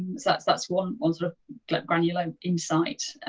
and that's that's one one sort of granular insight.